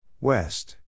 West